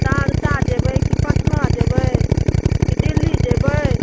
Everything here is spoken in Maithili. सहरसा जेबै कि पटना जेबै कि दिल्ली जेबै